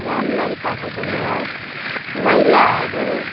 राम्ररी पठाइ दिनुहोस् मैलाहरू